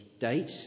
date